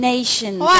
Nations